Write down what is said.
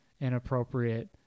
inappropriate